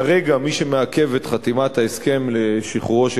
כרגע מי שמעכב את חתימת ההסכם לשחרורו של